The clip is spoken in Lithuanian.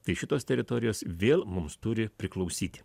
tai šitos teritorijos vėl mums turi priklausyti